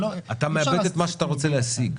זה לא --- אתה מאבד את מה שאתה רוצה להשיג,